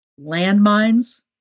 landmines